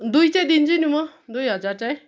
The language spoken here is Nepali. दुई चाहिँ दिन्छु नि म दुई हजार चाहिँ